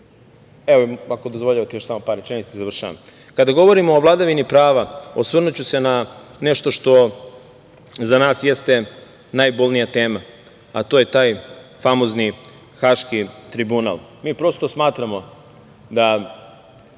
evo ako dozvoljavate smo još par rečenica i završavam. Kada govorimo o vladavini prava, osvrnuću se na nešto što za nas jeste najbolnija tema, a to je taj famozni haški tribunal. Mi, prosto smatramo da